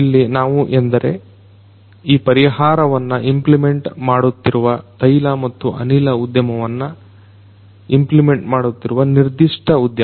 ಇಲ್ಲಿ ನಾವು ಎಂದರೆ ಈ ಪರಿಹಾರವನ್ನ ಇಂಪ್ಲಿಮೆಂಟ್ ಮಾಡುತ್ತಿರುವ ತೈಲ ಮತ್ತು ಅನಿಲ ಉದ್ಯಮವನ್ನ ಇಂಪ್ಲಿಮೆಂಟ್ ಮಡುತ್ತಿರುವ ನಿರ್ದಿಷ್ಟ ಉದ್ಯಮ